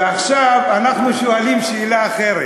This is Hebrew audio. ועכשיו אנחנו שואלים שאלה אחרת.